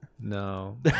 No